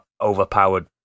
overpowered